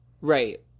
Right